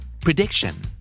Prediction